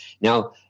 Now